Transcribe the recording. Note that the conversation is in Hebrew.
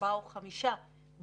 ארבעה או חמישה במדינה,